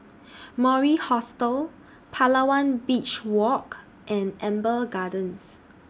Mori Hostel Palawan Beach Walk and Amber Gardens